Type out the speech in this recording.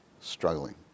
struggling